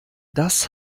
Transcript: das